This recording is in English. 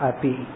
Api